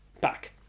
back